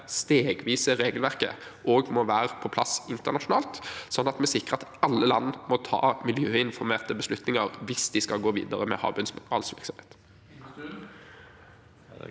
stegvise regelverket også må være på plass internasjonalt, slik at vi sikrer at alle land må ta miljøinformerte beslutninger hvis de skal gå videre med havbunnmineralvirksomhet.